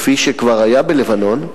כפי שכבר היה בלבנון,